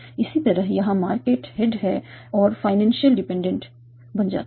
इसी तरह यहां मार्केट हेड है और फाइनेंशियल डिपेंडेंट बन जाता है